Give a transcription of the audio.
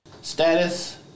Status